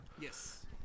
Yes